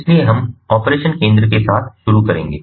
इसलिए हम ऑपरेशन केंद्र के साथ शुरू करेंगे